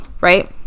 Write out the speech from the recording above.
right